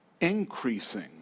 increasing